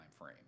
timeframe